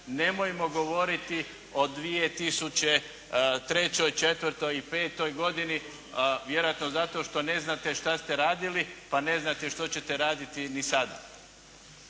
nemojmo govoriti o 2003., četvrtoj i petoj godini, vjerojatno zato što ne znate šta ste radili, pa ne znate što ćete raditi ni sada.